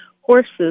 horses